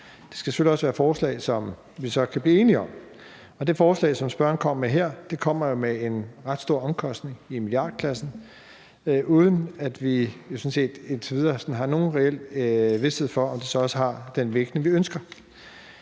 Det skal selvfølgelig også være forslag, som vi så kan blive enige om. Det forslag, som spørgeren kom med her, kommer med en ret stor omkostning i milliardklassen, uden at vi indtil videre har nogen reel vished for, om det så også har den vægt, vi ønsker.